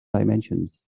dimensions